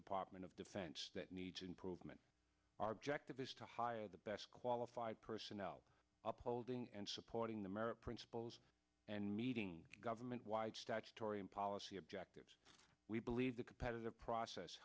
department of defense that needs improvement our objective is to hire the best qualified personnel upholding and supporting the merit principals and meeting government wide statutory and policy objectives we believe the competitive process